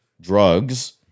Drugs